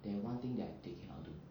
there's one thing that they cannot do